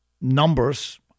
numbers